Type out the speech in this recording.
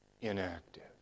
inactive